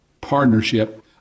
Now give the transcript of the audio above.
partnership